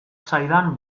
zaidan